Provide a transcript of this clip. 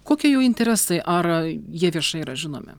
kokie jų interesai ar jie viešai yra žinomi